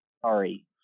Sorry